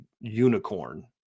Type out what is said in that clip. unicorn